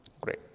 great